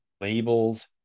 labels